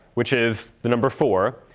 which is the number four,